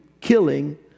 killing